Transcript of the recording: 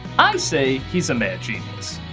i say he's a mad genius.